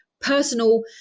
personal